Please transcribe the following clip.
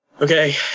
Okay